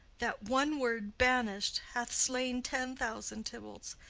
that one word banished, hath slain ten thousand tybalts.